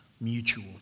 mutual